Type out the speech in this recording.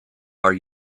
are